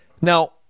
Now